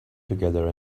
together